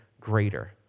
greater